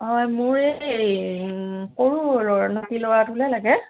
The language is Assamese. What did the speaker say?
হয় মোৰ এই সৰু নাতি ল'ৰাটোলৈ লাগে